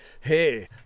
Hey